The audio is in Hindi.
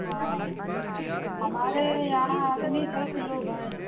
हाँ हमारे यहाँ आदमी दस लोग हैं